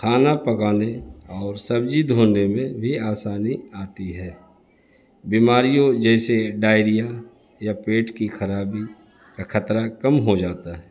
کھانا پکانے اور سبزی دھونے میں بھی آسانی آتی ہے بیماریوں جیسے ڈائیریا یا پیٹ کی خرابی کا خطرہ کم ہو جاتا ہے